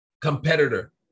competitor